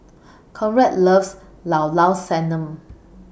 Conrad loves Llao Llao Sanum